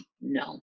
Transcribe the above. No